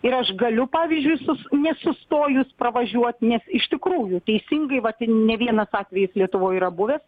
ir aš galiu pavyzdžiui su nesustojus pravažiuot nes iš tikrųjų teisingai vat i ne vienas atvejis lietuvoj yra buvęs